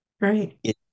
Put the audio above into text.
Right